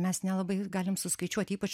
mes nelabai galim suskaičiuot ypač